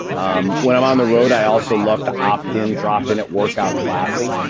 um when i'm on the road, i also love to opt in, drop in at workout classes.